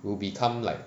will become like